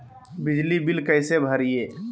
बिजली बिल कैसे भरिए?